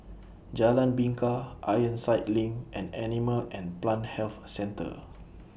Jalan Bingka Ironside LINK and Animal and Plant Health Centre